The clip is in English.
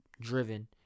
driven